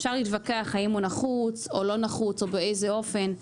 אפשר להתווכח האם הוא נחוץ או לא נחוץ או באיזה אופן,